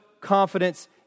confidence